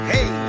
Hey